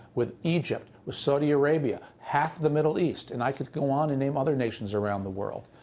with egypt, with saudi arabia, half the middle east. and i could go on and name other nations around the world.